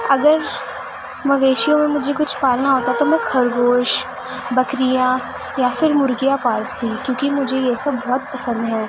اگر مویشیوں میں مجھے کچھ پالنا ہوتا تو میں خرگوش بکریاں یا پھر مرغیاں پالتی کیونکہ مجھے یہ سب بہت پسند ہے